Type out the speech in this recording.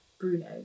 Bruno